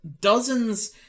dozens